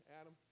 Adam